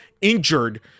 injured